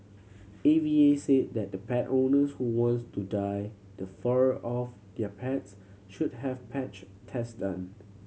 A V A said that pet owners who wants to dye the fur of their pets should have patch test done